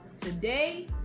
Today